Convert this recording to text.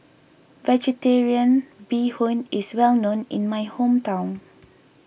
Vegetarian Bee Hoon is well known in my hometown